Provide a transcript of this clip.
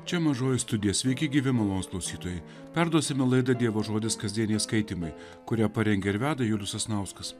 čia mažoji studija sveiki gyvi malonūs klausytojai perduosime laida dievo žodis kasdieniai skaitymai kurią parengė ir veda julius sasnauskas